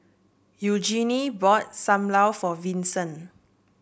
Eugenie bought Sam Lau for Vincent